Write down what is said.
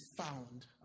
found